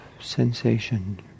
sensation